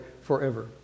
forever